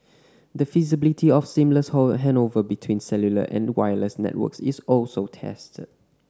the feasibility of seamless handover between cellular and wireless networks is also tested